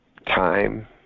Time